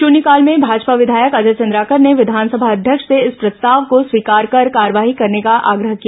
शून्यकाल में भाजपा विधायक अजय चंद्राकर ने विधानसभा अध्यक्ष से इस प्रस्ताव को स्वीकार कर कार्रवाई करने का आग्रह किया